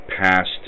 passed